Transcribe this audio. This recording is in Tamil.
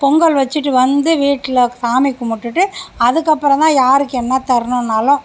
பொங்கல் வச்சிட்டு வந்து வீட்டில் சாமி கும்பிட்டுட்டு அதுக்கப்புறம் தான் யாருக்கு என்ன தரணுன்னாலும்